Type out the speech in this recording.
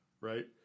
right